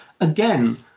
Again